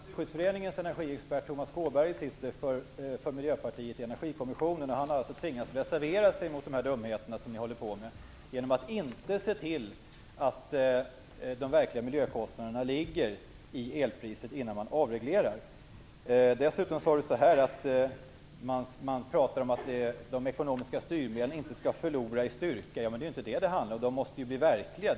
Herr talman! Naturskyddsföreningens energiexpert Tomas Kåberger sitter för Miljöpartiet i Energikommissionen. Han har alltså tvingats att reservera sig mot de dumheter ni håller på med, genom att ni inte ser till att de verkliga miljökostnaderna ingår i elpriset innan man avreglerar. Dessutom sade Dan Ericsson att man pratar om att de ekonomiska styrmedlen inte skall förlora i styrka. Det är inte detta det handlar om. De måste ju bli verkliga.